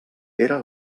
era